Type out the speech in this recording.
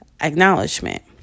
acknowledgement